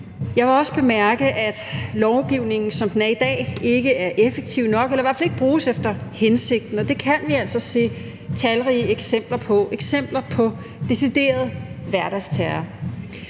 Jeg vil også bemærke, at lovgivningen, som den er i dag, ikke er effektiv nok – eller i hvert fald ikke bruges efter hensigten. Det kan vi altså se talrige eksempler på, også eksempler på decideret hverdagsterror.